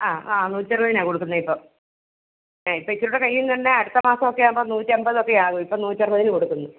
ആ ആ നൂറ്റി അറുപതിനാണ് കൊടുക്കുന്നത് ഇപ്പം ആ ഇപ്പം ഇച്ചിരൂടെ കഴിഞ്ഞ ഉടനെ അടുത്ത മാസമൊക്കെ ആവുമ്പം നൂറ്റി അമ്പതൊക്കെയാകും ഇപ്പം നൂറ്റി അറുപതിന് കൊടുക്കുന്നു